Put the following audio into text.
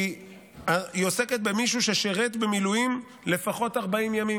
כי היא עוסקת במישהו ששירת במילואים לפחות 40 ימים.